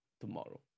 tomorrow